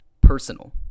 personal